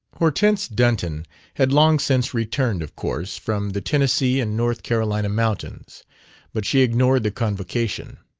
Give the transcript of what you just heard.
hortense dunton had long since returned, of course, from the tennessee and north carolina mountains but she ignored the convocation.